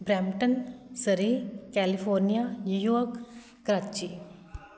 Brampton Surrey California New York Karachi